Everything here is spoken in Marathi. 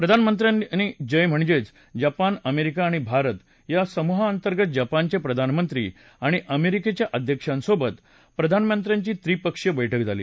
प्रधानमंत्र्यांनी जय म्हणजेच जपान अमेरिका आणि भारत या समूहांतर्गत जपानचे प्रधानमंत्री आणि अमेरिकेच्या अध्यक्षांसोबत प्रधानमंत्र्यांची त्रिपक्षीय बैठक झाली